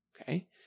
Okay